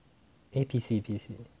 eh P_C_P_C